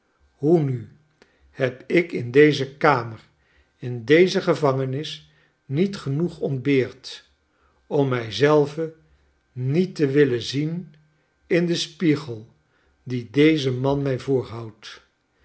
hoe nu heb ik in deze kamer in deze gevangenis niet genoeg ontbeerd om mij zelve niet te willen zien in den spiegel dien deze man rnij voorhoudt